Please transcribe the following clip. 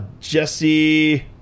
Jesse